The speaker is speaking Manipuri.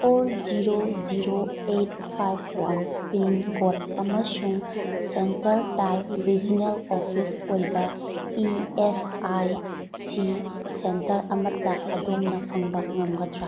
ꯐꯣꯔ ꯖꯤꯔꯣ ꯖꯤꯔꯣ ꯑꯩꯠ ꯐꯥꯏꯕ ꯋꯥꯟ ꯄꯤꯟ ꯀꯣꯗ ꯑꯃꯁꯨꯡ ꯁꯦꯟꯇꯔ ꯇꯥꯏꯞ ꯔꯤꯖꯅꯦꯜ ꯑꯣꯐꯤꯁ ꯑꯣꯏꯕ E S I C centre ꯑꯃꯇ ꯑꯗꯣꯝꯅ ꯐꯪꯕ ꯉꯝꯒꯗ꯭ꯔ